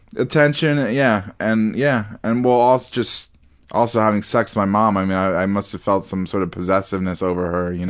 attention, yeah, and yeah. and, well, also just also having sex with my mom. i mean, i must have felt some sort of possessiveness over her, you know